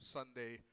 Sunday